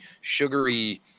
sugary